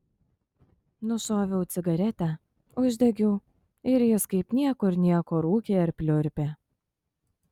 nušoviau cigaretę uždegiau ir jis kaip niekur nieko rūkė ir pliurpė